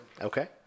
Okay